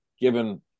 given